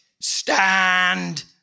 Stand